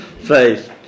Faith